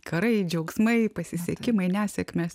karai džiaugsmai pasisekimai nesėkmes